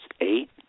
eight